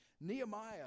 Nehemiah